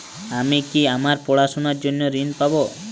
আমি কি আমার পড়াশোনার জন্য ঋণ পাব?